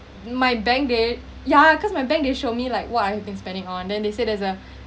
my bank did yeah because so my bank didn't show me what I have been spending on then they said there's a